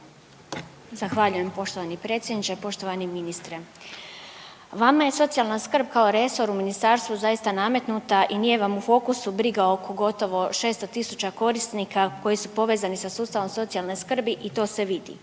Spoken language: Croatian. Zahvaljujem poštovani predsjedniče. Poštovani ministre, vama je socijalna skrb kao resor u Ministarstvu zaista nametnuta i nije vam u fokusu briga oko gotovo 600 tisuća korisnika koji su povezani sa sustavom socijalne skrbi i to se vidi.